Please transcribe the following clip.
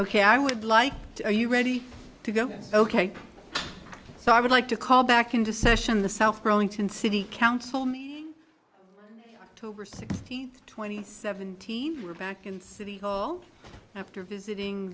ok i would like are you ready to go ok so i would like to call back into session the south burlington city council me to over sixteen twenty seventeen we're back in city hall after visiting